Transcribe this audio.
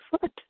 foot